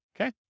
okay